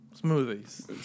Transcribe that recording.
Smoothies